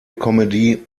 comedy